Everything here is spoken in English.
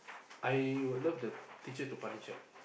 I would love the teacher to punish her